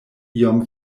iom